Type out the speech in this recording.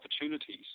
opportunities